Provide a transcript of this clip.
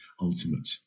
ultimate